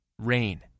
rain